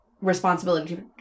responsibility